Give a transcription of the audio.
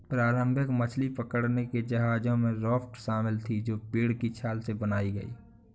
प्रारंभिक मछली पकड़ने के जहाजों में राफ्ट शामिल थीं जो पेड़ की छाल से बनाई गई